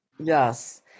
Yes